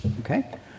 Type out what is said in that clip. okay